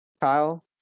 Kyle